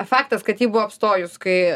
faktas kad ji buvo apstojus kai